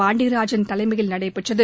பாண்டியராஜன் தலைமையில் நடைபெற்றது